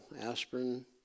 aspirin